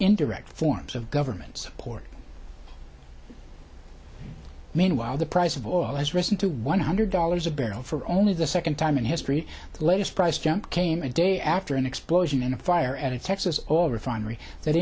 indirect forms of government support meanwhile the price of oil has risen to one hundred dollars a barrel for only the second time in history the latest price jump came a day after an explosion in a fire at a texas all refinery that